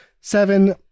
Seven